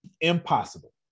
Impossible